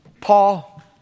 Paul